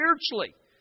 spiritually